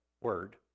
word